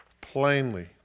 plainly